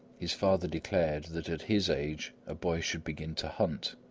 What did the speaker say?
his father declared that at his age a boy should begin to hunt